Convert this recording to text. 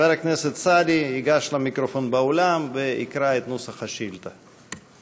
חבר הכנסת סעדי ייגש למיקרופון באולם ויקרא את נוסח השאילתה.